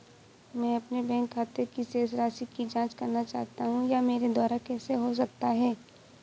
मैं अपने बैंक खाते की शेष राशि की जाँच करना चाहता हूँ यह मेरे द्वारा कैसे हो सकता है?